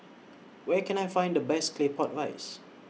Where Can I Find The Best Claypot Rice